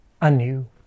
anew